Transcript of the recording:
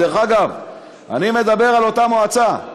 באותה מועצה.